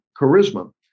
charisma